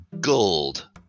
Gold